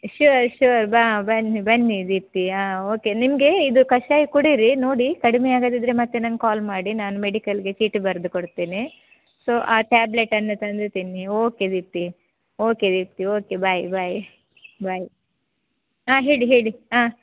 sure sure ಬಾ ಬನ್ನಿ ಬನ್ನಿ ದೀಪ್ತಿ ಆಂ ಓಕೆ ನಿಮಗೆ ಇದು ಕಷಾಯ ಕುಡಿಯಿರಿ ನೋಡಿ ಕಡಿಮೆ ಆಗದಿದ್ದರೆ ಮತ್ತೆ ನನ್ಗೆ ಕಾಲ್ ಮಾಡಿ ನಾನು ಮೆಡಿಕಲ್ಗೆ ಚೀಟಿ ಬರೆದು ಕೊಡ್ತೇನೆ ಸೊ ಆ ಟ್ಯಾಬ್ಲೆಟನ್ನು ತಂದು ತಿನ್ನಿ okay Deepti okay Deepti okay bye bye bye ಹಾಂ ಹೇಳಿ ಹೇಳಿ ಹಾಂ